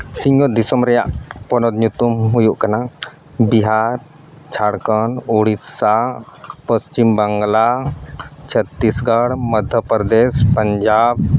ᱥᱤᱧᱚᱛ ᱫᱤᱥᱚᱢ ᱨᱮᱭᱟᱜ ᱯᱚᱱᱚᱛ ᱧᱩᱛᱩᱢ ᱦᱩᱭᱩᱜ ᱠᱟᱱᱟ ᱵᱤᱦᱟᱨ ᱡᱷᱟᱲᱠᱷᱚᱸᱰ ᱩᱲᱤᱥᱥᱟ ᱯᱚᱥᱪᱤᱢ ᱵᱟᱝᱞᱟ ᱪᱷᱚᱛᱛᱤᱥᱜᱚᱲ ᱢᱚᱫᱽᱫᱷᱚᱯᱚᱨᱫᱮᱥ ᱯᱟᱧᱡᱟᱵᱽ